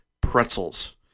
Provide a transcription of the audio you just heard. pretzels